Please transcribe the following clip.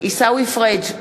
עיסאווי פריג'